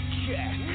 check